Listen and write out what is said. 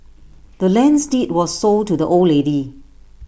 the land's deed was sold to the old lady